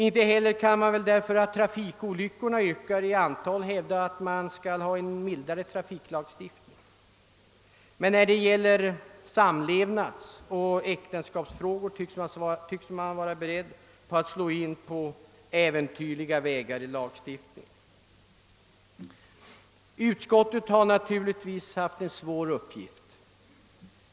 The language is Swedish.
Inte heller kan man väl med hänvisning till att trafikolyckorna ökar hävda, att man skall göra trafiklagstiftningen mildare. Men när det gäller samlevnadsoch äktenskapsfrågor tycks man vara beredd att slå in på äventyrliga vägar i lagstiftandet. Utskottet har naturligtvis haft en svår uppgift.